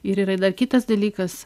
ir yra dar kitas dalykas